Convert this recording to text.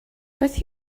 beth